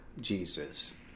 Jesus